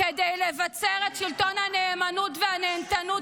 -- כדי לבצר את שלטון הנאמנות והנהנתנות